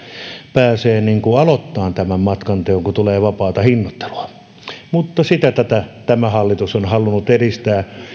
pääsee aloittamaan matkanteon kun tulee vapaata hinnoittelua mutta sitä tämä hallitus on halunnut edistää